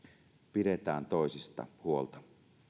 pidetään toisista huolta